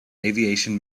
aviation